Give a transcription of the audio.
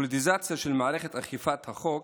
הפוליטיזציה של מערכת אכיפת החוק